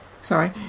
Sorry